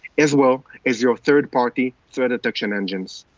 as well as your third party threat detection engines.